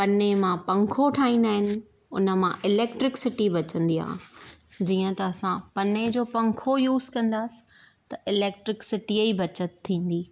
पने मां पंखो ठाहींदा आहिनि हुन मां इलैक्ट्रिकसिटी बचंदी आहे जीअं त असां पने जो पंखो यूज़ कंदासी त इलैक्ट्रिक सिटीअ जी बचति थींदी